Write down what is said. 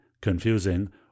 confusing